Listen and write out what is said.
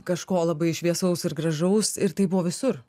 kažko labai šviesaus ir gražaus ir tai buvo visur